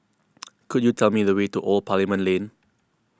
could you tell me the way to Old Parliament Lane